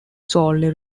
solely